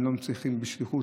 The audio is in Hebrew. הם לא מצליחים בשליחות,